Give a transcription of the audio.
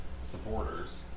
supporters